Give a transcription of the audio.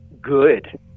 good